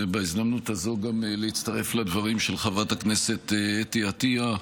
ובהזדמנות הזו גם להצטרף לדברים של חברת הכנסת אתי עטייה: